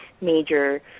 major